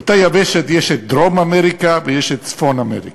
באותה יבשת יש דרום-אמריקה ויש צפון-אמריקה.